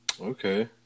Okay